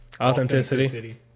authenticity